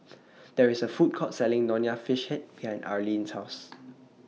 There IS A Food Court Selling Nonya Fish Head behind Arleen's House